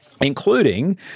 including